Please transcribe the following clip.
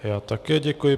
Já také děkuji.